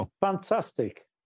Fantastic